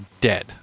dead